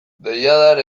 deiadar